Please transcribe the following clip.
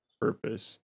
purpose